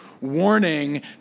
warning